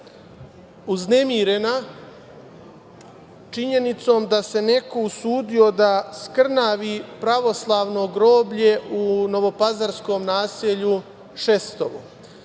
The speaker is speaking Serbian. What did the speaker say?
uznemirena činjenicom da se neko usudio da skrnavi pravoslavno groblje u novopazarskom naselju Šestovo.